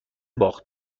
باخت